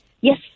yes